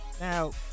Now